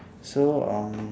so um